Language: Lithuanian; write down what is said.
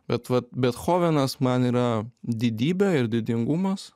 bet vat betchovenas man yra didybė ir didingumas